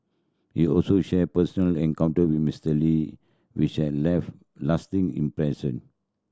he also shared personal encounter with Mister Lee which have left lasting impression